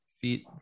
feet